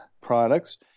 products